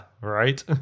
Right